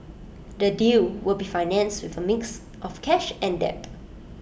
the deal will be financed with A mix of cash and debt